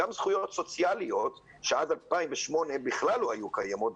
גם זכויות סוציאליות שעד 2008 בכלל לא היו קיימות,